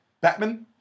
Batman